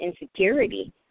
insecurity